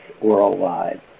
worldwide